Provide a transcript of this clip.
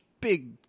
big